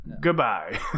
Goodbye